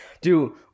Dude